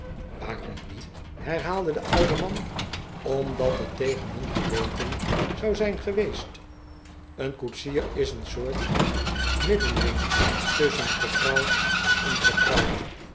waarom niet herhaalde de oude man omdat het tegen hun geweten zou zijn geweest een koetsier is een soort middending tusschen getrouwd en ongetrouwd